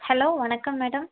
hello வணக்கம் madam